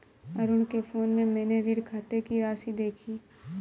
अरुण के फोन में मैने ऋण खाते की राशि देखी